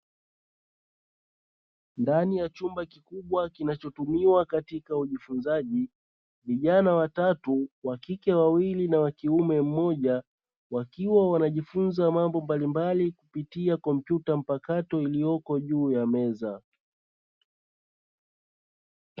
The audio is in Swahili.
Ndani ya chumba kikubwa kinachotumiwa katika ujifunzaji, vijana watatu wakike wawili wa kiume mmoja, wakiwa wanajifunza mambo mbalimbali kupitia kompyuta mpakato iliyopo juu ya meza.